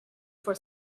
for